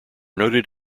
noted